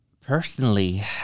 Personally